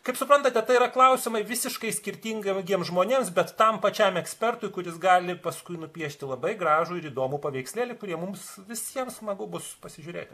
kaip suprantate tai yra klausimai visiškai skirtingam giems žmonėms bet tam pačiam ekspertui kuris gali paskui nupiešti labai gražų ir įdomų paveikslėlį kurį mums visiems smagu bus pasižiūrėti